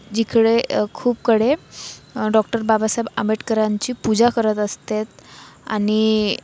जिकडे खूपकडे डॉक्टर बाबासाहेब आंबेडकरांची पूजा करत असतात आणि